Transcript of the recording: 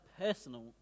personal